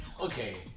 okay